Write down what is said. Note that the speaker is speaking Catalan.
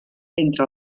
entre